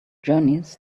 journeys